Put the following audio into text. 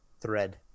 thread